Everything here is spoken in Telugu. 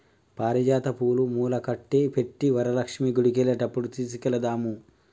పారిజాత పూలు మాలకట్టి పెట్టు వరలక్ష్మి గుడికెళ్లేటప్పుడు తీసుకెళదాము